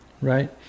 Right